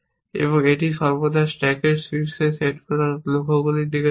এবং এটি সর্বদা স্ট্যাকের শীর্ষে সেট করা লক্ষ্যগুলির দিকে তাকায়